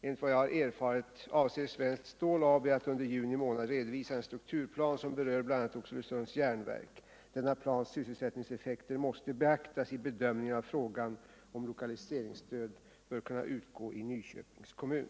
Enligt vad jag har erfarit avser Svenskt Stål AB att under juni månad redovisa en strukturplan, som berör bl.a. Oxelösunds Järnverk. Denna plans sysselsättningseffekter måste beaktas i bedömningen av frågan om lokaliseringsstöd bör kunna utgå i Nyköpings kommun.